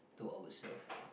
to ourself